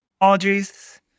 apologies